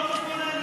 ולקבוע גבולות.